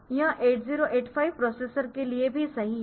यह 8085 प्रोसेसर के लिए भी सही है